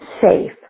safe